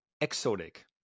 exotic